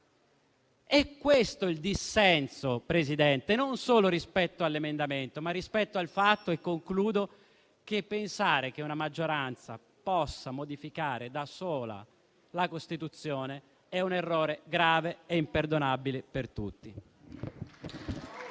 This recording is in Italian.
È questo il dissenso, signor Presidente, non solo rispetto all'emendamento, ma rispetto al fatto che pensare che una maggioranza possa modificare da sola la Costituzione, il che è un errore grave e imperdonabile per tutti.